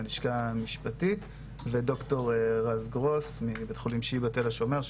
מהלשכה המשפטית וגם ד"ר רז גרוס מבית החולים שיבא תל השומר,